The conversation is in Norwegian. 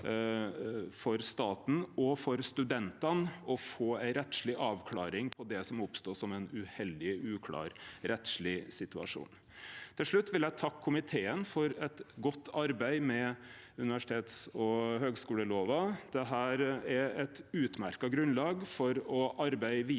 for staten, og for studentane, å få ei rettsleg avklaring på det som oppstod som ein uheldig, uklar rettsleg situasjon. Til slutt vil eg takke komiteen for eit godt arbeid med universitets- og høgskulelova. Dette er eit utmerkt grunnlag for å arbeide vidare